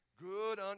Good